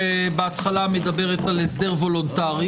שבהתחלה מדברת על הסדר וולונטרי,